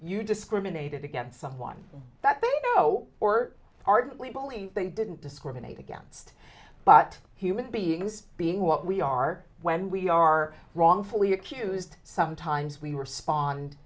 you discriminated against someone that they know or ardently believe they didn't discriminate against but human beings being what we are when we are wrongfully accused sometimes we respond